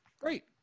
Great